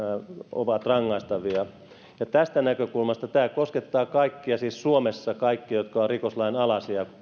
ovat rangaistavia tästä näkökulmasta tämä koskettaa siis suomessa kaikkia jotka ovat rikoslain alaisia